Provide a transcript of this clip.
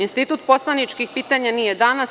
Institut poslaničkih pitanja nije danas.